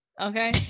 okay